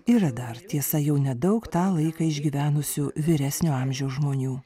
yra dar tiesa jau nedaug tą laiką išgyvenusių vyresnio amžiaus žmonių